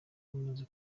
bamaze